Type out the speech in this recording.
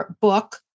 book